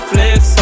Flex